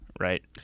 Right